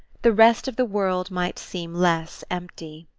the rest of the world might seem less empty.